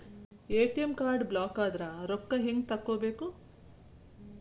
ATM card ಬ್ಲಾಕದ್ರ ರೊಕ್ಕಾ ಹೆಂಗ್ ತಕ್ಕೊಬೇಕು?